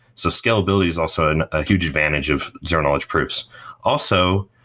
so scalability is also a huge advantage of zero knowledge proofs also,